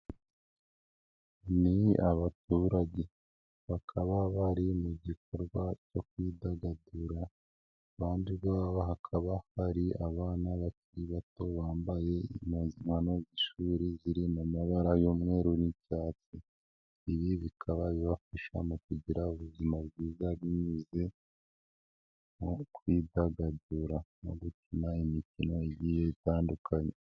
Ni abaturage bakaba bari mu gikorwa cyo kwidagadura, iruhande rwabo hakaba hari abana bakiri bato bambaye impuzankano z'ishuri ziri mu mabara y'umweru n'icyatsi, ibi bikaba bibafasha mu kugira ubuzima bwiza binyuze mu kwidagadura no gukina imikino igiye itandukanye.